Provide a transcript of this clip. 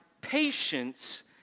patience